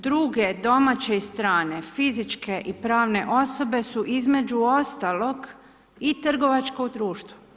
Druge, domaće i strane, fizičke i pravne osobe su između ostalog i trgovačko društvo.